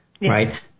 right